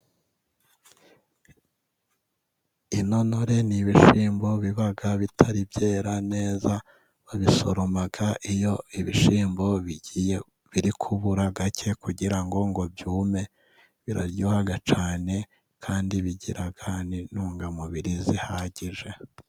Intonore ni ibishyimbo biba bitari byera neza, babisoroma iyo ibishyimbo biri kubura gake kugira ngo byume, biraryoha cyane kandi bigira intungamubiri zihagije.